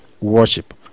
worship